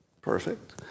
Perfect